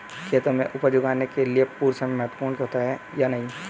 खेतों में उपज उगाने के लिये समय महत्वपूर्ण होता है या नहीं?